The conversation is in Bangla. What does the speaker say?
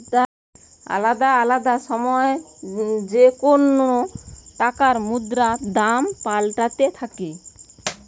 আলদা আলদা সময় যেকোন টাকার মুদ্রার দাম পাল্টাতে থাকে